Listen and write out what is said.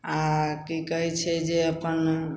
आओर कि कहै छै जे अपन